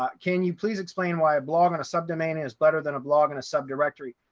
can you please explain why a blog on a subdomain is better than a blog and a subdirectory?